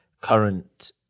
current